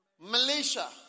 Malaysia